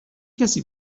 کسی